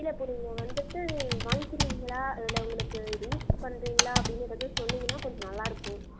இல்லை இப்போது நீங்கள் வந்துட்டு வாங்கிறீங்களா இல்லை உங்களுக்கு இது யூஸ் பண்ணுறீங்களா அப்படின்னு ஏதாச்சும் சொன்னீங்கன்னால் கொஞ்சம் நல்லாயிருக்கும்